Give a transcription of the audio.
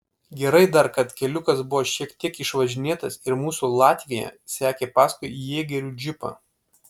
gerai dar kad keliukas buvo šiek tiek išvažinėtas ir mūsų latvija sekė paskui jėgerių džipą